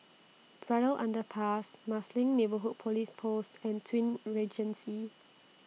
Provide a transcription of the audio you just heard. Braddell Underpass Marsiling Neighbourhood Police Post and Twin Regency